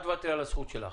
אל תוותרי על הזכות שלך.